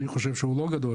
אני חושב שהוא לא גדול,